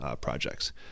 projects